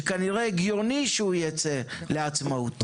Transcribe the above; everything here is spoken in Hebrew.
שכנראה הגיוני שהוא ייצא לעצמאות.